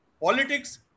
politics